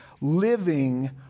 living